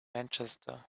manchester